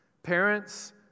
Parents